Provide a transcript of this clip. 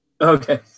okay